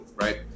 right